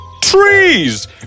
trees